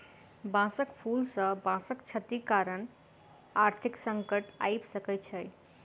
बांसक फूल सॅ बांसक क्षति कारण आर्थिक संकट आइब सकै छै